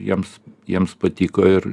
jiems jiems patiko ir